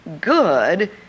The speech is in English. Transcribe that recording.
good